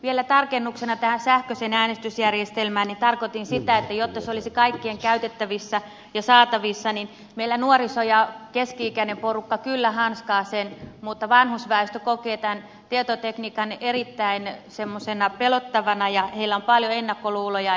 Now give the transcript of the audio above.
vielä tarkennuksena sähköiseen äänestysjärjestelmään että tarkoitin sitä että jotta se olisi kaikkien käytettävissä ja saatavissa niin meillä nuoriso ja keski ikäinen porukka kyllä hanskaa sen mutta vanhusväestö kokee tietotekniikan erittäin pelottavana ja heillä on paljon ennakkoluuloja